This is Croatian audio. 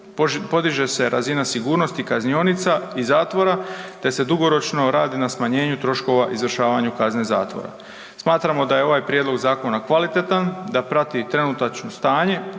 podiže se razina sigurnosti kaznionica i zatvora, te se dugoročno radi na smanjenju troškova izvršavanju kazne zatvora. Smatramo da je ovaj prijedlog zakona kvalitetan, da prati trenutačno stanje,